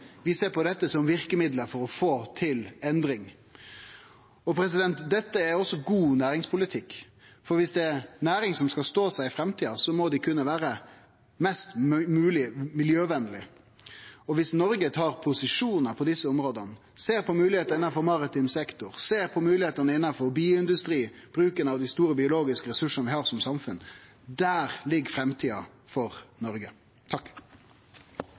Vi ser på dette som verkemiddel for å få til endring. Dette er også god næringspolitikk, for viss ei næring skal stå seg i framtida, må ho kunne vere mest mogleg miljøvenleg. Og viss Noreg tar posisjonar på desse områda, ser på moglegheitene innanfor maritim sektor, ser på moglegheitene innanfor bioindustri, bruken av dei store biologiske ressursane vi har som samfunn, ligg framtida for Noreg